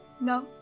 No